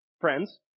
friends